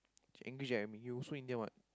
she angry she at me you also Indian [what]